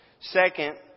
Second